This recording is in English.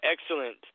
excellent